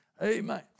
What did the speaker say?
Amen